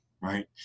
Right